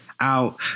out